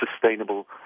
sustainable